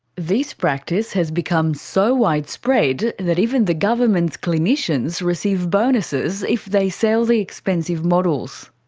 this practice has become so widespread that even the government's clinicians receive bonuses if they sell the expensive models.